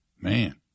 Man